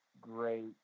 great